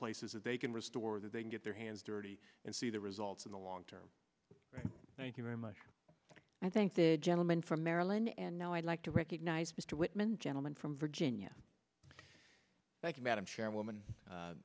places that they can restore that they can get their hands dirty and see the results in the long term thank you very much i thank the gentleman from maryland and now i'd like to recognize mr whitman gentleman from virginia thank you madam chairwoman